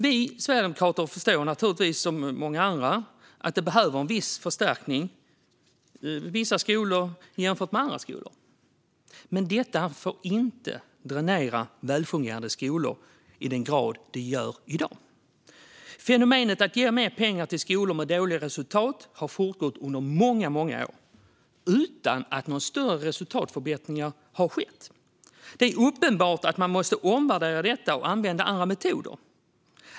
Vi sverigedemokrater förstår naturligtvis, som så många andra, att en del skolor behöver en viss förstärkning, men detta får inte dränera välfungerande skolor i den grad det gör i dag. Fenomenet att ge mer pengar till skolor med dåliga resultat har fortgått under många år utan att några större resultatförbättringar har skett. Det är uppenbart att man måste omvärdera detta och använda andra metoder.